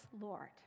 Lord